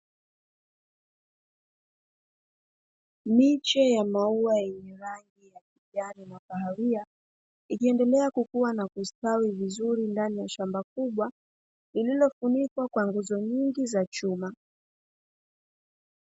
Miche ya maua yenye rangi ya kijani na kahawia, ikiendelea kukuwa na kustawi vizuri ndani ya shamba kubwa, lililofunikwa kwa nguzo nyingi za chuma.